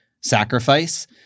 sacrifice